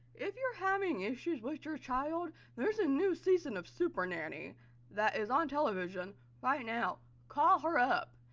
if you're having issues with your child, there's a new season of super nanny that is on television right now. call her up.